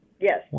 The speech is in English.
Yes